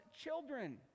children